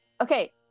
okay